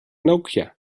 nokia